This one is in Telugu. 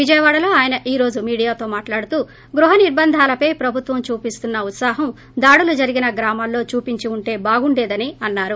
విజయవాడలో అయన ఈ రోజు మీడియాతో మాట్లాడుతూ గృహ నిర్బంధాలపై ప్రభుత్వం చూపిస్తున్న ఉత్పాహం దాడులు జరిగిన గ్రామాల్లో చూపించి ఉంటే బాగుండేదని అన్నారు